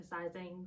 emphasizing